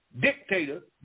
dictator